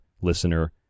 listener